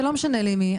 ולא משנה לי מי,